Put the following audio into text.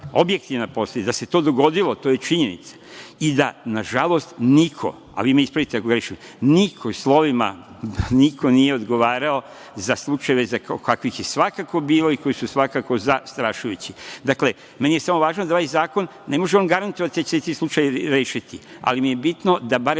objektivna posledica. Da se to dogodilo, to je činjenica i da nažalost niko, a vi me ispratite ako grešim, niko, slovima niko, nije odgovarao za slučajeve kakvih je svakako bilo i koji su svakako zastrašujući. Dakle, meni je samo važno da ovaj zakon, ne može on garantovati da će se ti slučajevi rešiti, ali mi je bitno da barem